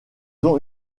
ont